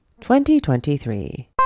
2023